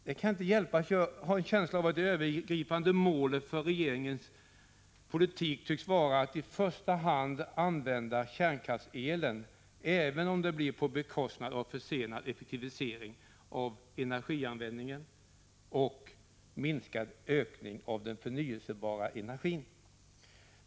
Det kan inte hjälpas, men jag har en känsla av att det övergripande målet för regeringens politik tycks vara att i första hand använda kärnkraftselen, även om det blir på bekostnad av försenad effektivisering av energianvändningen och minskad ökning av den förnyelsebara energin.